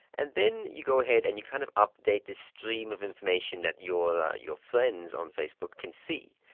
and then you go ahead and you kind of update this string um of information that your your friends on facebook can see,